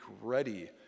ready